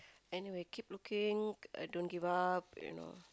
anyway keep looking uh don't give up you know